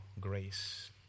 grace